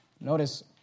notice